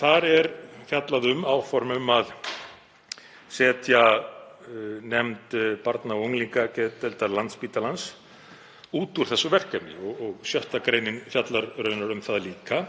Þar er fjallað um áform um að setja nefnd barna- og unglingageðdeildar Landspítalans út úr þessu verkefni og 6. gr. fjallar raunar um það líka